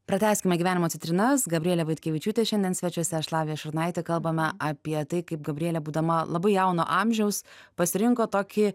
pratęskime gyvenimo citrinas gabrielė vaitkevičiūtė šiandien svečiuose aš lavija šurnaitė kalbame apie tai kaip gabrielė būdama labai jauno amžiaus pasirinko tokį